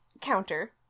Counter